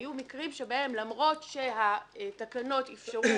היו מקרים שבהם למרות שהתקנות אפשרו